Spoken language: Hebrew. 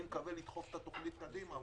אני מקווה לדחוף את התוכנית קדימה,